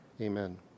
amen